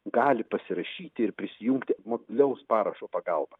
gali pasirašyti ir prisijungti mobilaus parašo pagalba